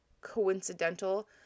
coincidental